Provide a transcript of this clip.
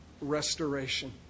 restoration